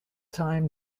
time